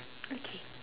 okay